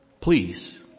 Please